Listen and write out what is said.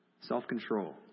Self-control